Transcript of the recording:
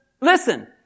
Listen